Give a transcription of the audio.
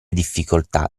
difficoltà